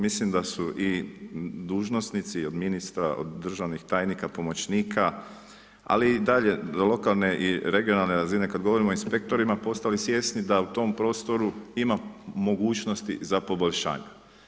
Mislim da su i dužnosnici i od ministra, od državnih tajnika, pomoćnika, ali dalje lokalne i regionalne razine kada govorimo o inspektorima postali svjesni da u tom prostoru ima mogućnosti za poboljšanja.